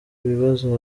ibibazo